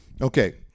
Okay